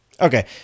Okay